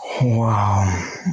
wow